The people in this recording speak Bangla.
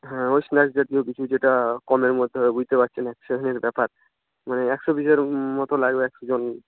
হ্যাঁ ওই স্ন্যাকস জাতীয় কিছু যেটা কমের মধ্যে হবে বুঝতে পারছেন একশোজনের ব্যাপার মানে একশো পিসের মতো লাগবে একশোজন